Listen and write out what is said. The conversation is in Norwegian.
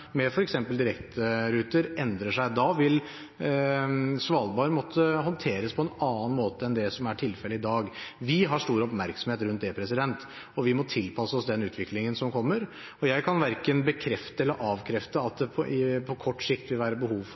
med mindre de forholdene med f.eks. direkteruter endrer seg. Da vil Svalbard måtte håndteres på en annen måte enn det som er tilfellet i dag. Vi har stor oppmerksomhet rundt det, og vi må tilpasse oss den utviklingen som kommer. Jeg kan verken bekrefte eller avkrefte at det på kort sikt vil være behov for